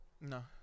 No